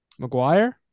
McGuire